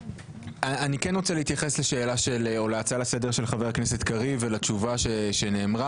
אני רוצה להתייחס להצעה לסדר של חבר הכנסת קריב ולתשובה שנאמרה.